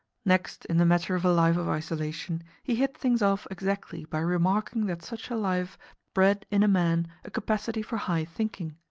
next, in the matter of a life of isolation, he hit things off exactly by remarking that such a life bred in a man a capacity for high thinking.